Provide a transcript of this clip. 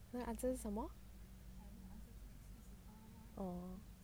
answer 是什么